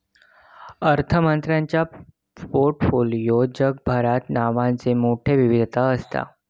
अर्थमंत्र्यांच्यो पोर्टफोलिओत जगभरात नावांचो मोठयो विविधता असता